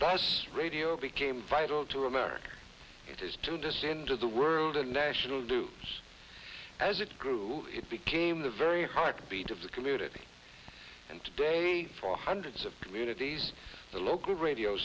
radio became vital to america it is to this into the world of national news as it grew it became the very heartbeat of the community and today for hundreds of communities the local radio